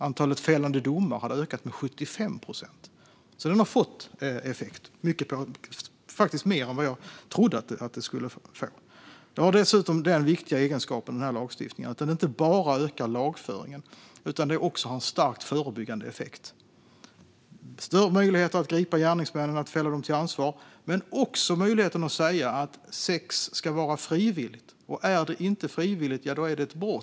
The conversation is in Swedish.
Antalet fällande domar hade ökat med 75 procent. Det har alltså fått effekt, faktiskt mer än vad jag trodde att det skulle få. Den här lagstiftningen har dessutom den viktiga egenskapen att den inte bara ökar lagföringen utan också har en starkt förebyggande effekt. Den ger större möjligheter att gripa gärningsmännen och att fälla dem till ansvar, men det är också möjligheten att säga att sex ska vara frivilligt, och är det inte frivilligt är det ett brott.